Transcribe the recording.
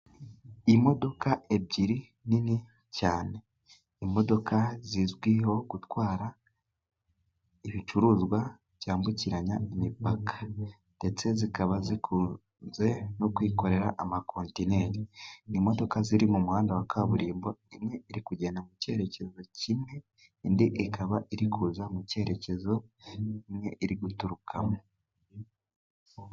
Imodoka ebyiri nini cyane. Imodoka zizwiho gutwara ibicuruzwa byambukiranya imipaka. Ndetse zikaba zikunze no kwikorera amakontineri. Ni imodoka ziri mu muhanda wa kaburimbo, imwe iri kugenda mu cyerekezo kimwe, indi ikaba iri kuza mu cyerekezo imwe iri guturukamo.